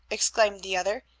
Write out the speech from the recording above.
exclaimed the other,